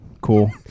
Cool